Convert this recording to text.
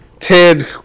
Ted